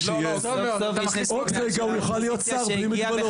עוד רגע הוא יוכל להיות שר בלי מגבלות.